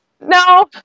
no